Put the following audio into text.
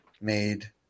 made